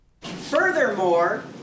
Furthermore